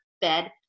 bed